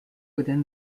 within